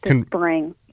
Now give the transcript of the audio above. spring